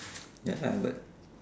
ya lah but